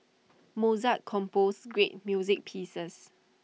Mozart composed great music pieces